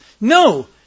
No